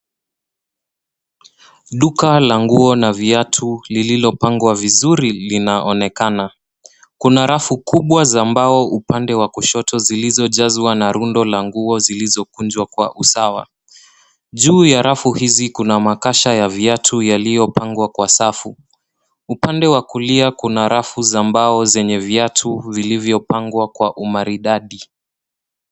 Duka la nguo na viatu lililopangwa vizuri linaoonekana. Kuna rafu kubwa za mbao upande wa kushoto zilizojazwa na rundo la nguo zilizokunjwa kwa usawa. Juu ya rafu hizi kuna makasha ya viatu yaliyopangwa kwa safu. Upande wa kulia kuna rafu za mbao zenye viatu vilivyopangwa kwa umaridadi.